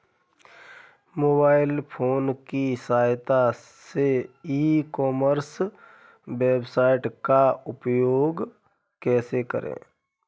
Mobile phone की सहायता से ई कॉमर्स वेबसाइट का उपयोग कैसे करें?